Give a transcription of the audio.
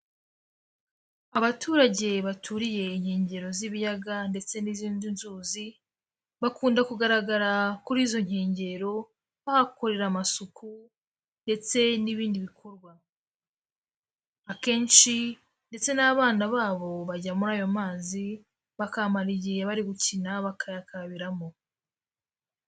Abaturage baturiye inkengero z'ibiyaga ndetse n'izindi nzuzi, bakunda kugaragara kuri izo nkengero, bahakorera amasuku ndetse n'ibindi bikorwa, akenshi ndetse n'abana babo bajya muri ayo mazi bakahamara igihe bari gukina bakayakarabiramo.